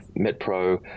MetPro